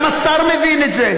גם השר מבין את זה,